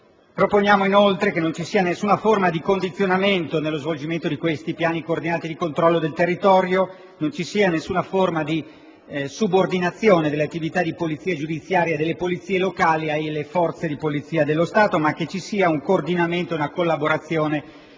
Proponiamo inoltre che non vi sia nessuna forma di condizionamento nello svolgimento di questi piani coordinati di controllo del territorio, che non vi sia nessuna forma di subordinazione delle attività di polizia giudiziaria delle polizie locali alle forze di polizia dello Stato, ma che vi sia fra di esse un coordinamento ed una collaborazione